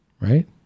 right